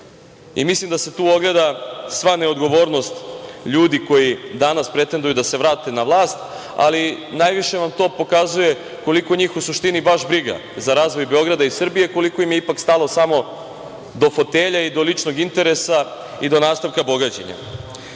Mislim da se tu ogleda sva neodgovornost ljudi koji danas pretenduju da se vrate na vlast. Najviše vam to pokazuje koliko njih u suštini baš briga za razvoj Beograda i Srbije i koliko im je ipak stalo samo do fotelje i do ličnog interesa i do nastavka bogaćenja.Međutim,